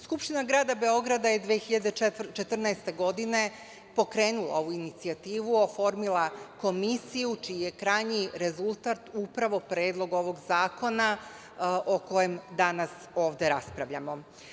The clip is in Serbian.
Skupština grada Beograda je 2014. godine pokrenula ovu inicijativu, oformila komisiju čiji je krajnji rezultat upravo Predlog ovog zakona o kojem danas raspravljamo.